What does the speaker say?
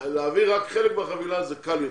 להעביר רק חלק מהחבילה זה קל יותר.